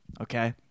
Okay